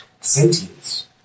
Sentience